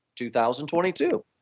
2022